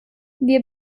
wir